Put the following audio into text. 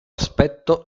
aspetto